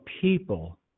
people